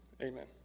Amen